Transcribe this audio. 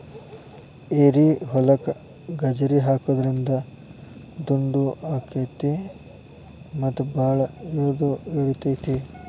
ಏರಿಹೊಲಕ್ಕ ಗಜ್ರಿ ಹಾಕುದ್ರಿಂದ ದುಂಡು ಅಕೈತಿ ಮತ್ತ ಬಾಳ ಇಳದು ಇಳಿತೈತಿ